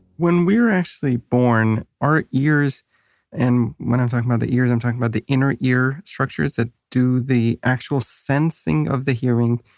when we're actually born, our ears and when i'm talking about the ears, i'm talking about the inner ear structures that do the actual sensing of the hearing.